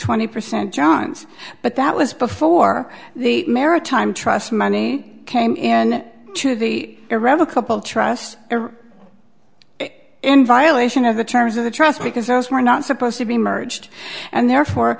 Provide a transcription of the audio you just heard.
twenty percent john's but that was before the maritime trust money came in to the irrevocable trust in violation of the terms of the trust because those were not supposed to be merged and therefore